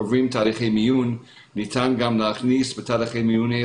הם עוברים תהליכי מיון ובתהליכי המיון האלה ניתן להכניס כל